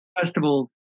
festival